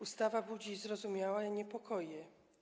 Ustawa budzi zrozumiałe niepokoje.